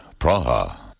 Praha